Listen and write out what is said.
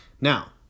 Now